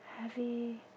heavy